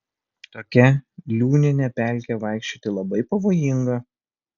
tokia liūnine pelke vaikščioti labai pavojinga